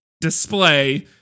display